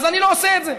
אז אני לא עושה את זה.